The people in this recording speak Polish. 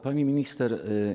Pani Minister!